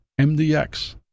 MDX